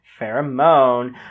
Pheromone